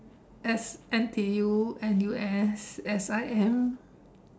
S~ N_T_U N_U_S S_I_M